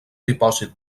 dipòsit